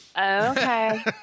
Okay